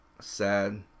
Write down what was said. sad